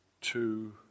two